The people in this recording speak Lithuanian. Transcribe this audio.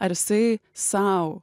ar jisai sau